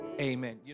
amen